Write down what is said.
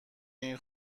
این